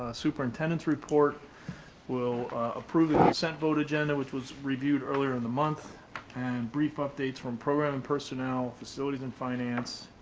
ah superintendents report will approve the consent vote agenda, which was reviewed earlier in the month and brief updates from program personnel, facilities and finance.